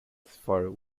for